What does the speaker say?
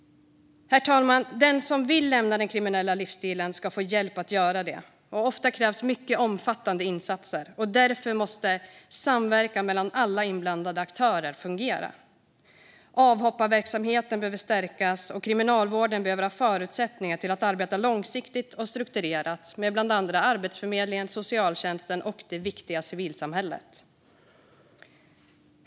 Herr talman! Den som vill lämna den kriminella livsstilen ska få hjälp att göra det. Ofta krävs mycket omfattande insatser, och därför måste samverkan mellan alla inblandade aktörer fungera. Avhopparverksamheten behöver stärkas, och Kriminalvården behöver ha förutsättningar att arbeta långsiktigt och strukturerat med bland andra Arbetsförmedlingen, socialtjänsten och det viktiga civilsamhället.